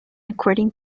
according